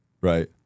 right